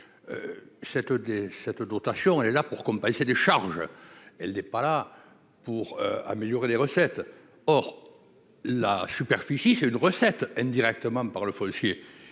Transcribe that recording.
cette dotation est là pour compenser les charges, elle n'est pas là pour améliorer les recettes, or la superficie c'est une recette indirectement par le policier